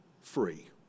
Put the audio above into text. free